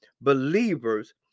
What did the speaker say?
believers